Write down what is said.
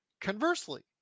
Conversely